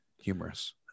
humorous